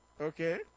okay